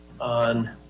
on